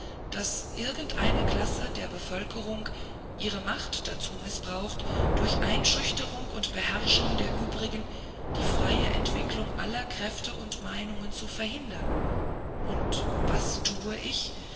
daß irgendeine klasse der bevölkerung ihre macht dazu mißbraucht durch einschüchterung und beherrschung der übrigen die freie entwicklung aller kräfte und meinungen zu verhindern und was tue ich